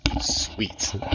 sweet